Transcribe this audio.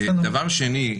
דבר שני,